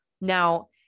Now